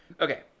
okay